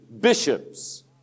bishops